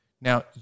Now